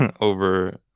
over